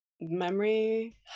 memory